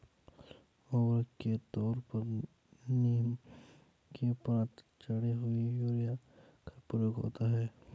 उर्वरक के तौर पर नीम की परत चढ़ी हुई यूरिया का प्रयोग होता है